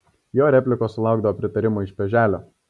jo replikos sulaukdavo pritarimo iš peželio